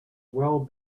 well